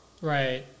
Right